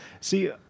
See